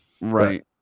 right